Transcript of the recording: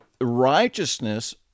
righteousness